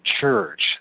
Church